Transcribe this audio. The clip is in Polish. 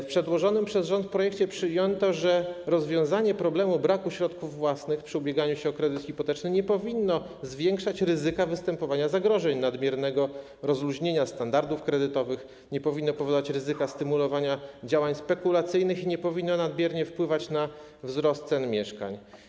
W przedłożonym przez rząd projekcie przyjęto, że rozwiązanie problemu braku środków własnych przy ubieganiu się o kredyt hipoteczny nie powinno zwiększać ryzyka występowania zagrożeń nadmiernego rozluźnienia standardów kredytowych, nie powinno powodować ryzyka stymulowania działań spekulacyjnych i nie powinno nadmiernie wpływać na wzrost cen mieszkań.